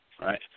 right